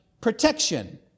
protection